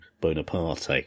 Bonaparte